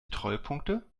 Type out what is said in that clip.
treuepunkte